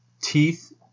teeth